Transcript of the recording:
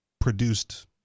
produced